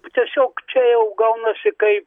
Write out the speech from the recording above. tiesiog čia jau gaunasi kai